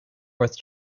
worth